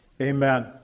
amen